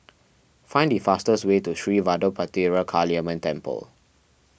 find the fastest way to Sri Vadapathira Kaliamman Temple